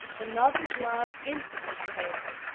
the mother's love instantly prevailed.